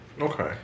Okay